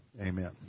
Amen